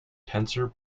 tensor